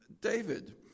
David